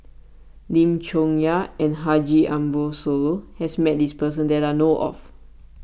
Lim Chong Yah and Haji Ambo Sooloh has met this person that I know of